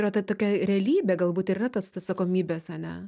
yra ta tokia realybė galbūt ir yra tas atsakomybės ane